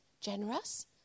generous